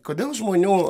kodėl žmonių